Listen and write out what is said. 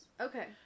Okay